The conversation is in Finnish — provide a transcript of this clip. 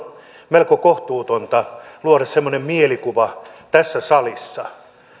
melko kohtuutonta luoda semmoinen mielikuva tässä salissa